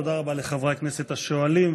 תודה רבה לחברי הכנסת השואלים.